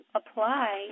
apply